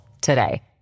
today